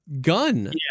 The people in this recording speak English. gun